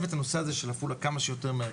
את הנושא הזה של עפולה כמה שיותר מהר.